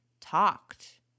talked